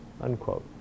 Unquote